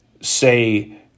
say